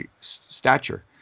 stature